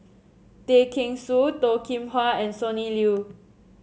Tay Kheng Soon Toh Kim Hwa and Sonny Liew